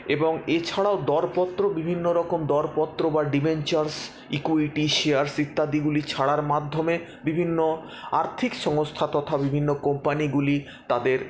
এবং এছাড়াও দরপত্র বিভিন্ন রকম দরপত্র বা ডিবেঞ্চারস ইক্যুইটি শেয়ারস ইত্যাদিগুলি ছাড়ার মাধ্যমে বিভিন্ন আর্থিক সংস্থা তথা বিভিন্ন কোম্পানিগুলি তাদের